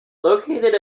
located